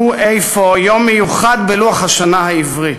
הוא אפוא יום מיוחד בלוח השנה העברי.